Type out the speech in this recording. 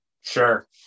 Sure